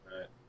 right